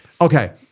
okay